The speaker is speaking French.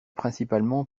principalement